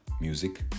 Music